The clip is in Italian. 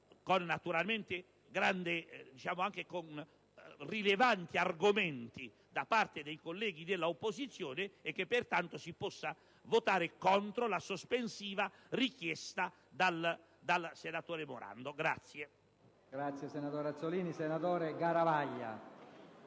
con rilevanti argomenti, da parte dei colleghi della opposizione e che pertanto si possa votare contro la questione sospensiva richiesta dal senatore Morando.